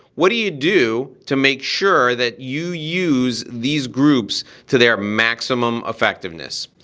what do you do to make sure that you use these groups to their maximum effectiveness.